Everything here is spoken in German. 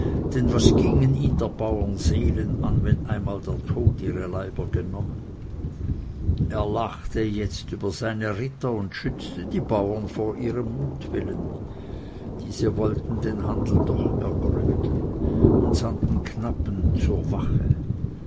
denn was gingen ihn der bauren seelen an wenn einmal der tod ihre leiber genommen er lachte jetzt über seine ritter und schützte die bauren vor ihrem mutwillen diese wollten den handel doch ergründen und sandten knappen zur wache